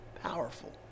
Powerful